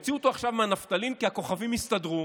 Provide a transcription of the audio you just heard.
הוציאו אותו עכשיו מהנפטלין כי הכוכבים הסתדרו: